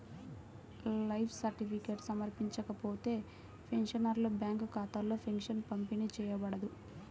life certificate సమర్పించకపోతే, pensioner bank ఖాతాలో pension పంపిణీ చేయబడదు